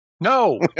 No